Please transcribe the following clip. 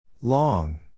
Long